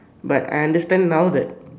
but I understand now that